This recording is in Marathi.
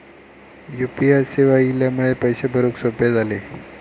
यु पी आय सेवा इल्यामुळे पैशे भरुक सोपे झाले